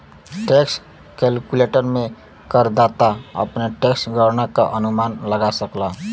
tax calculator में करदाता अपने टैक्स गणना क अनुमान लगा सकला